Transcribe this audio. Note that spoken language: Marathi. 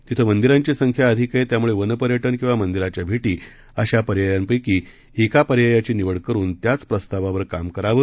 तिथं मंदिरांची संख्या अधिक आहे त्यामुळे वन पर्यटन किंवा मंदिराच्या भेटी अशा पर्यायांपैकी एका पर्यायाची निवड करून त्याच प्रस्तावावर काम करावं